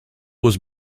was